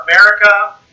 America